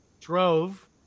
drove